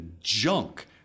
junk